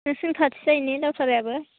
नोंसोरनि खाथि जायोना दावधरायाबो